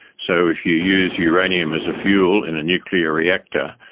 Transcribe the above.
so if you use uranium as a fuel in a nuclear reactor,